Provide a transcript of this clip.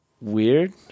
weird